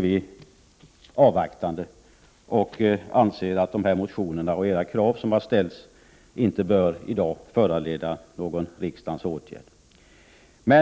vi avvaktande till dess och anser att de motioner och de krav som har framställts inte bör föranleda någon riksdagens åtgärd i dag.